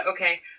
Okay